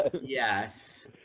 Yes